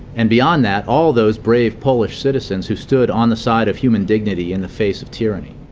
and beyond that, all those brave polish citizens who stood on the side of human dignity in the face of tyranny.